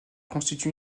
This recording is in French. constitue